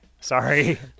Sorry